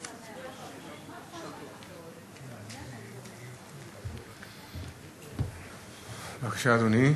בבקשה, אדוני.